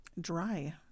dry